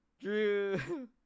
Drew